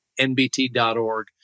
nbt.org